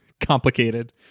complicated